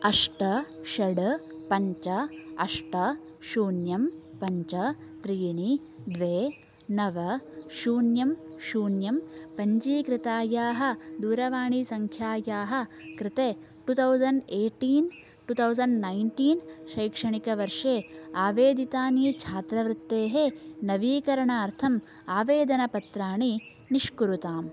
अष्ट षट् पञ्च अष्ट शून्यं पञ्च त्रीणि द्वे नव शून्यं शून्यं पञ्जीकृतायाः दूरवाणीसंख्यायाः कृते two thousand eighteen two thousand nineteen शैक्षणिकवर्षे आवेदितानि छात्रवृत्तेः नवीकरणार्थं आवेदनपत्राणि निष्कुरुताम्